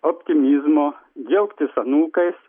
optimizmo džiaugtis anūkais